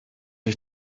ich